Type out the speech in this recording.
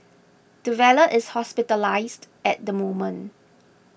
the valet is hospitalised at the moment